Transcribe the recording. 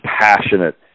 passionate